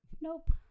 nope